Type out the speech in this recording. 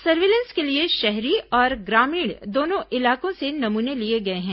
surveillance के लिए शहरी और ग्रामीण दोनों इलाकों से नमूने लिए गए हैं